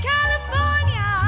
California